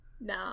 No